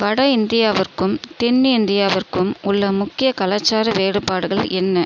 வட இந்தியாவிற்கும் தென் இந்தியாவிற்கும் உள்ள முக்கிய கலாச்சார வேறுபாடுகள் என்ன